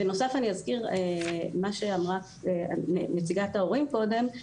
בנוסף אני אזכיר מה שאמרה נציגת ההורים קודם.